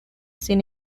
sin